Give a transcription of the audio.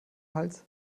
hals